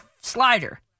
slider